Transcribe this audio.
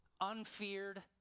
unfeared